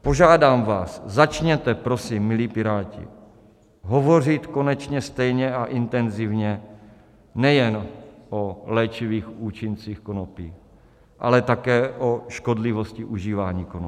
Požádám vás, začněte prosím, milí Piráti, hovořit konečně stejně a intenzivně nejen o léčivých účincích konopí, ale také o škodlivosti užívání konopí.